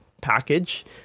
package